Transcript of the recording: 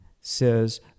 says